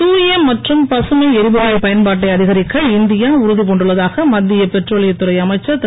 தூய மற்றும் பசுமை எரிபொருளின் பயன்பாட்டை அதிகரிக்க இந்தியா உறுதி பூண்டுள்ளதாக மத்திய பெட்ரோலியத்துறை அமைச்சர் திரு